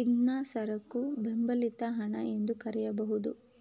ಇದ್ನಾ ಸರಕು ಬೆಂಬಲಿತ ಹಣ ಎಂದು ಕರೆಯಬಹುದು